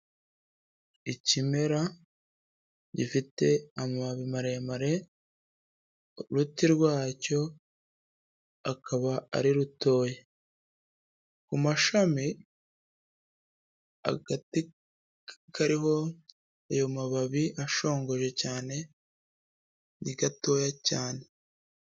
Ikimera gifite amababi maremare, uruti rwacyo akaba ari rutoya. Ku mashami, agati kariho ayo mababi ashongoje cyane ni gatoya cyane.